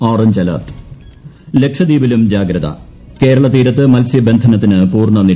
orange alert ലക്ഷദ്വീപിലും ജാഗ്രത കേരളതീരത്ത് മത്സ്യബന്ധനത്തിന് പൂർണ നിരോധനം